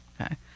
Okay